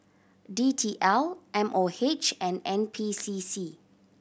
D T L M O H and N P C C